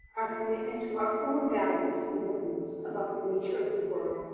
our commitment to our own values and beliefs about the nature of the world,